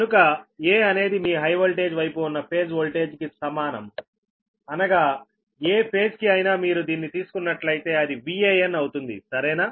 కనుక 'a'అనేది మీ హై వోల్టేజ్ వైపు ఉన్న ఫేజ్ వోల్టేజ్ కి సమానం అనగా ఏ ఫేజ్ కి అయినా మీరు దీన్ని తీసుకున్నట్లయితే అది VAn అవుతుంది సరేనా